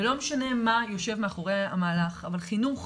ולא משנה מה יושב מאחורי המהלך, אבל חינוך